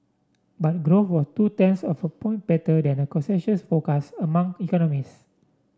but growth was two tenths of a point better than a consensus forecast among economists